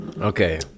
Okay